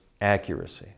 accuracy